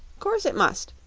course it must.